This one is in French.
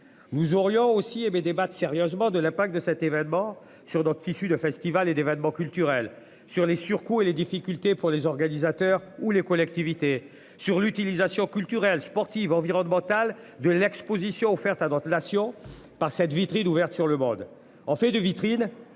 Nous aurions aussi hé bé débattent sérieusement de la Pac de cet événement sur d'autres tissus de festivals et d'événements culturels sur les surcoûts et les difficultés pour les organisateurs ou les collectivités sur l'utilisation culturelles, sportives. De l'Exposition offerte à d'autres nations par cette vitrine ouverte sur le monde